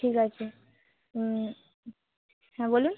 ঠিক আছে হ্যাঁ বলুন